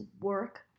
work